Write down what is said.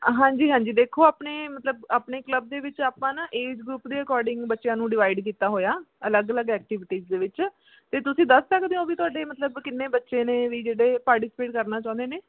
ਹਾਂਜੀ ਹਾਂਜੀ ਦੇਖੋ ਆਪਣੇ ਮਤਲਬ ਆਪਣੇ ਕਲੱਬ ਦੇ ਵਿੱਚ ਆਪਾਂ ਨਾ ਏਜ ਗਰੁੱਪ ਦੇ ਅਕੋਡਿੰਗ ਬੱਚਿਆਂ ਨੂੰ ਡਿਵਾਇਡ ਕੀਤਾ ਹੋਇਆ ਅਲੱਗ ਅਲੱਗ ਐਕਟੀਵੀਟੀਜ ਦੇ ਵਿੱਚ ਅਤੇ ਤੁਸੀਂ ਦੱਸ ਸਕਦੇ ਹੋ ਵੀ ਤੁਹਾਡੇ ਮਤਲਬ ਕਿੰਨੇ ਬੱਚੇ ਨੇ ਵੀ ਜਿਹੜੇ ਪਾਰਟੀਸਪੇਟ ਕਰਨਾ ਚਾਹੁੰਦੇ ਨੇ